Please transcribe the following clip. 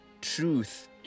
truth